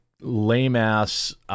lame-ass